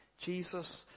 Jesus